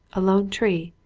a lone tree,